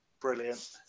Brilliant